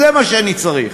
זה מה שאני צריך.